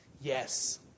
yes